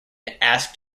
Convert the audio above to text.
asked